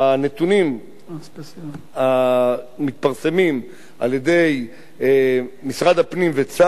הנתונים המתפרסמים על-ידי משרד הפנים וצה"ל,